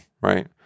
right